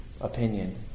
opinion